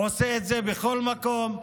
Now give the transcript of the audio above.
עושה את זה בכל מקום.